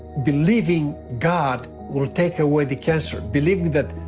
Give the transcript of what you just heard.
believing god will take away the cancer. believing that